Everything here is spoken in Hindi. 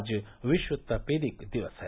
आज विश्व तपेदिक दिवस है